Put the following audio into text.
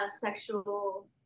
sexual